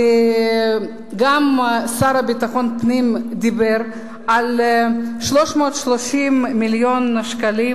וגם השר לביטחון פנים דיבר על 330 מיליון השקלים